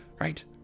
right